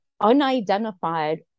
unidentified